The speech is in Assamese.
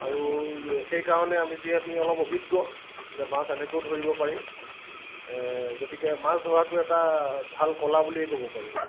আৰু সেইকাৰণে আমি যে অলপ অভিজ্ঞ যে মাছ এনেকৈও ধৰিব পাৰি গতিকে মাছ ধৰাটো এটা ভাল কলা বুলিয়ে ক'ব পাৰি